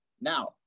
now